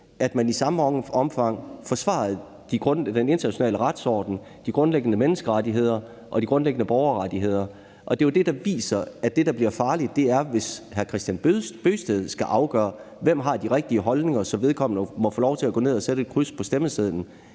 at man i samme omfang forsvarede den internationale retsorden, de grundlæggende menneskerettigheder og de grundlæggende borgerrettigheder. Det er jo det, der viser, at det, der bliver farligt, er, hvis hr. Kristian Bøgsted skal afgøre, hvem der har de rigtige holdninger, så vedkommende må få lov til at gå ned og sætte et kryds på stemmesedlen,